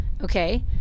Okay